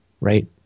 right